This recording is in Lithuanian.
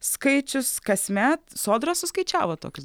skaičius kasmet sodra suskaičiavo tokius